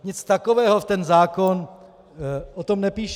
Nic takového ten zákon o tom nepíše.